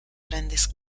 grandes